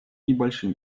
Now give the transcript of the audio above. небольшим